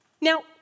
Now